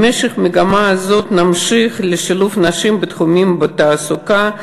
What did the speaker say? בהמשך למגמה זו נמשיך לשלב נשים בתחומי התעסוקה.